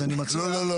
אז אני מציע --- לא,